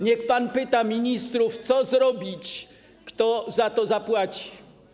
Niech pan pyta ministrów, co zrobić, kto za to zapłaci.